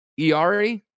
Iari